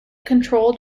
controlled